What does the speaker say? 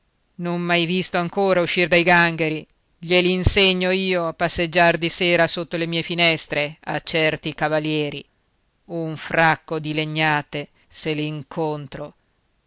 non m'hai visto ancora uscir dai gangheri gliel'insegno io a passeggiar di sera sotto le mie finestre a certi cavalieri un fracco di legnate se